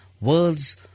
words